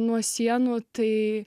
nuo sienų tai